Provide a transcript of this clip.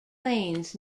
lanes